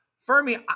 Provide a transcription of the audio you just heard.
Fermi